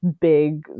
big